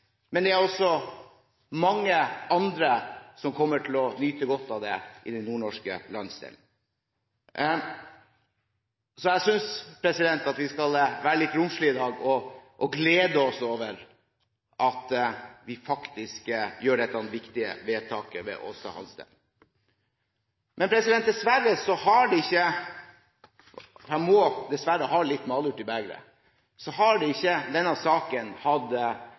men det er også mange andre i den nordnorske landsdelen som kommer til å nyte godt av det. Jeg synes vi skal være litt romslige i dag og glede oss over at vi faktisk gjør dette viktige vedtaket om Aasta Hansteen. Jeg må dessverre helle litt malurt i begeret: Denne saken har ikke hatt den forutsigbare behandlingen som den burde hatt. Dessverre behandler vi denne saken